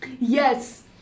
Yes